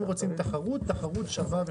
אם רוצים תחרות תחרות שווה.